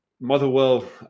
Motherwell